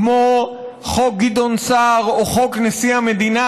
כמו חוק גדעון סער או חוק נשיא המדינה